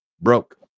broke